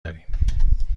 داریم